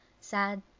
Sad